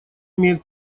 имеет